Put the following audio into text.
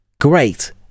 great